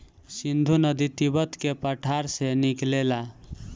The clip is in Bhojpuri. सिन्धु नदी तिब्बत के पठार से निकलेला